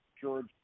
George